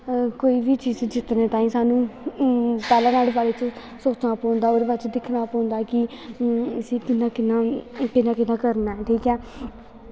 कोई बी चीज जित्तनें ताहीं सानूं पैह्ले न्हाड़े बारे च सोचना पौंदा ओह्दे बाद दिक्खना पौंदा कि इस्सी कि'यां कि'यां करना ऐ ठीक ऐ